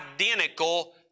identical